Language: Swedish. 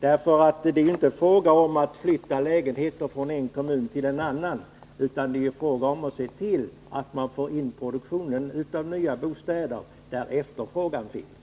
Det är juinte fråga om att flytta lägenheter från en kommun till en annan, utan att se till att produktionen av nya bostäder sätts in där efterfrågan finns.